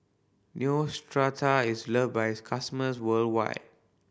neostrata is love by its customers worldwide